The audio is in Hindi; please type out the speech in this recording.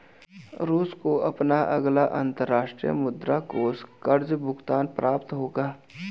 रूस को अपना अगला अंतर्राष्ट्रीय मुद्रा कोष कर्ज़ भुगतान प्राप्त होगा